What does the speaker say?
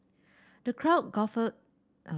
the crowd guffawed